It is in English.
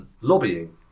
lobbying